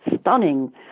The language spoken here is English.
stunning